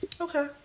Okay